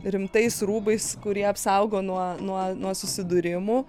rimtais rūbais kurie apsaugo nuo nuo nuo susidūrimų